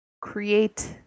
create